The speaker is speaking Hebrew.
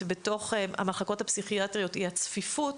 בתוך המחלקות הפסיכיאטריות היא הצפיפות